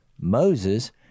Moses